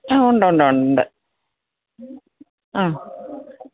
ആ ഉണ്ടുണ്ടുണ്ട് ആ